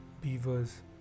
beavers